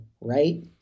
right